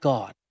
God